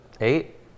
Eight